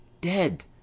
dead